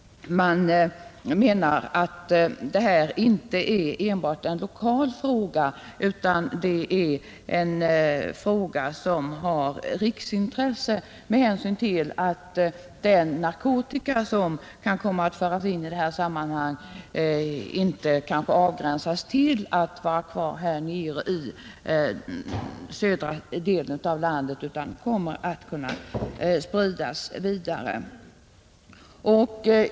Man menar att det här inte enbart är en lokal fråga, utan en fråga som har riksintresse med hänsyn till att den narkotika som kan komma att föras in kanske inte stannar kvar där nere i den södra delen av landet utan kan komma att spridas vidare.